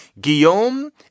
Guillaume